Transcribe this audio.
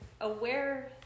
aware